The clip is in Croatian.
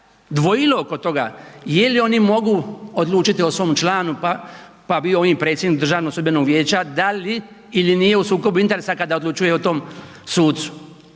dvojilo oko toga jeli oni mogu odlučiti o svom članu pa bio on i predsjednik Državnog sudbenog vijeća da li ili nije u sukobu interesa kada odlučuje o tom sucu